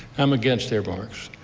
i'm against earmarks.